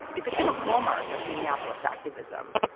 it became a hallmark of minneapolis activism,